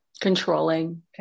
Controlling